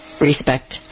Respect